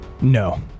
No